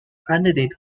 candidate